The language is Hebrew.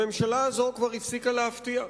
הממשלה הזאת כבר הפסיקה להפתיע,